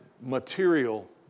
material